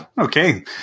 Okay